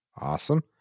Awesome